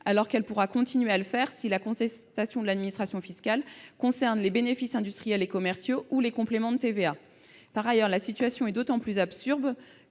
alors qu'elle pourra continuer à le faire si la contestation de l'administration fiscale concerne les bénéfices industriels et commerciaux ou les compléments de TVA. Par ailleurs, la situation est d'autant plus absurde